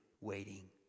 waiting